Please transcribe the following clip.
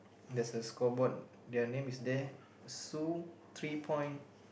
there's a score board their name is there Sue three point